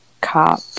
cop